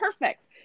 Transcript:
perfect